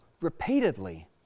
repeatedly